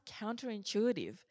counterintuitive